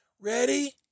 Ready